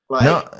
No